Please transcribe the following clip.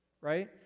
Right